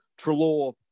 Trelaw